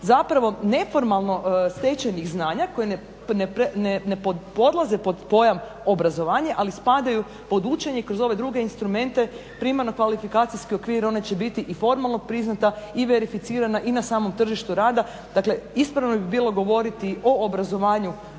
dio neformalno stečenih znanja koji ne potpodlaze pod pojam obrazovanje ali spadaju pod učenje i kroz ove druge instrumente primarno kvalifikacijski okvir one će biti i formalno priznata i verificirana i na samom tržištu rada, dakle ispravno bi bilo govoriti o obrazovanju